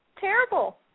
terrible